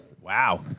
wow